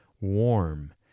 warm